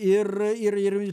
ir ir ir